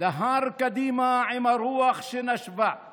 דהר קדימה, עם הרוח שנשבה,/